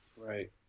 Right